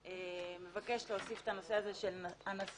משרד המשפטים מבקש להוסיף את הנושא הזה של הנשיא.